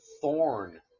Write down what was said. thorn